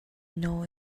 know